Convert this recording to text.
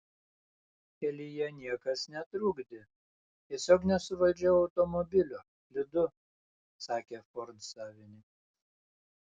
kelyje niekas netrukdė tiesiog nesuvaldžiau automobilio slidu sakė ford savininkas